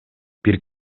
бир